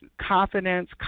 confidence